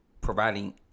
providing